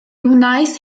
wnaeth